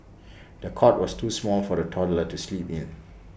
the cot was too small for the toddler to sleep in